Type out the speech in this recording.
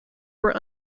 were